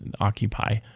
occupy